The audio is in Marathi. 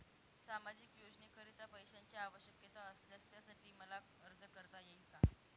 सामाजिक योजनेकरीता पैशांची आवश्यकता असल्यास त्यासाठी मला अर्ज करता येईल का?